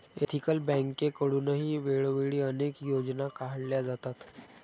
ethical बँकेकडूनही वेळोवेळी अनेक योजना काढल्या जातात